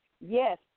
Yes